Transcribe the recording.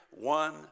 one